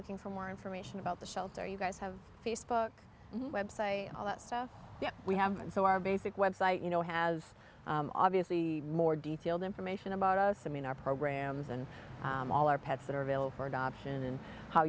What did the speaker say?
looking for more information about the shelter you guys have facebook website and all that stuff we have and so our basic web site you know has obviously more detailed information about us i mean our programs and all our pets that are available for adoption and how